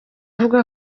avuga